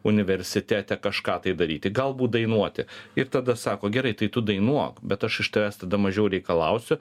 universitete kažką tai daryti galbūt dainuoti ir tada sako gerai tai tu dainuok bet aš iš tavęs tada mažiau reikalausiu